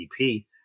GDP